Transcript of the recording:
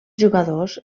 jugadors